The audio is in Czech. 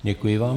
Děkuji vám.